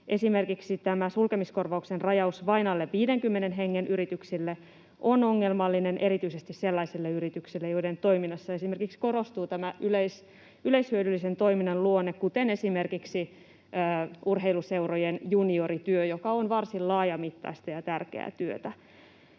Esimerkiksi tämä sulkemiskorvauksen rajaus vain alle 50 hengen yrityksille on ongelmallinen erityisesti sellaisille yrityksille, joiden toiminnassa esimerkiksi korostuu tämä yleishyödyllisen toiminnan luonne, kuten esimerkiksi urheiluseurojen juniorityö, joka on varsin laajamittaista ja tärkeää työtä.